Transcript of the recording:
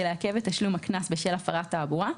לעכב את תשלום הקנס בשל הפרת תעבורה,